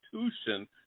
institution